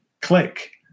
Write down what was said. click